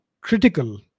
critical